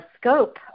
scope